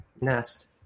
nest